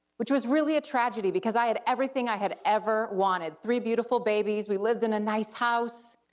which was really a tragedy because i had everything i had ever wanted, three beautiful babies, we lived in a nice house,